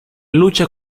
lucha